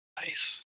Nice